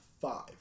five